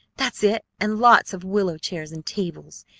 that's it, and lots of willow chairs and tables!